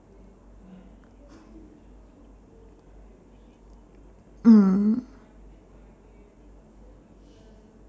mm